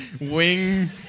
wing